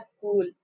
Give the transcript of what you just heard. cool